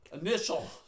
initial